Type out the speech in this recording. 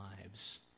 lives